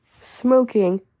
smoking